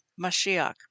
Mashiach